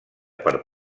per